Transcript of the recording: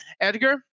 edgar